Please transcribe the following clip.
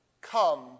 Come